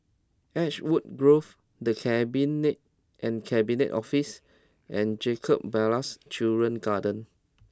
Ashwood Grove The Cabinet and Cabinet Office and Jacob Ballas Children's Garden